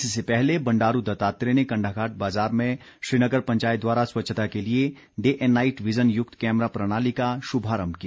इससे पहले बंडारू दत्तात्रेय ने कण्डाघाट बाजार में श्रीनगर पंचायत द्वारा स्वच्छता के लिए डे एंड नाईट विज़न युक्त कैमरा प्रणाली का शुभारम्भ किया